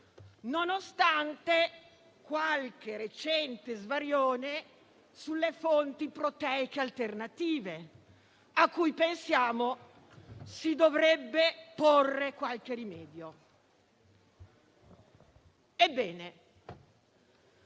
nonostante qualche recente svarione sulle fonti proteiche alternative, cui pensiamo si dovrebbe porre qualche rimedio. Ebbene,